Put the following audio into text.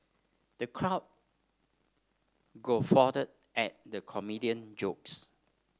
the crowd guffawed at the comedian jokes